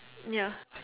ya